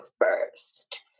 first